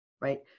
right